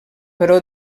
però